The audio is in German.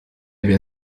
wer